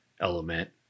element